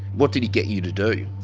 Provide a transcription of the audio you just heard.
what did he get you to do?